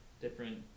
different